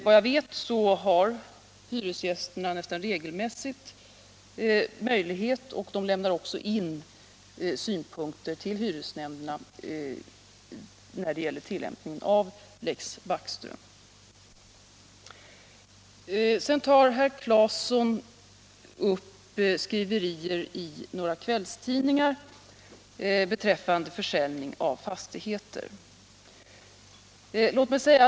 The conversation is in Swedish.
Vad jag vet har hyresgästerna nästan regelmässigt möjlighet att lämna in synpunkter — och gör det också — till hyresnämnderna när det gäller tillämpningen av Lex Backström. Sedan tog herr Claeson upp skriverier i några kvällstidningar beträffande försäljning av fastigheter.